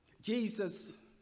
Jesus